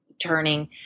turning